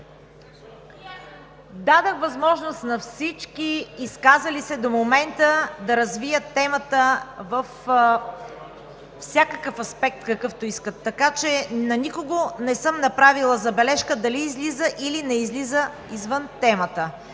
Дадох възможност на всички изказали се до момента да развият темата във всякакъв аспект, какъвто искат. На никого не съм направила забележка дали излиза или не излиза извън темата.